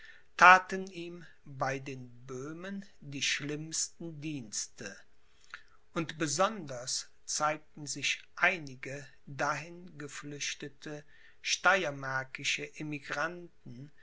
thaten ihm bei den böhmen die schlimmsten dienste und besonders zeigten sich einige dahin geflüchtete steyermärkische emigranten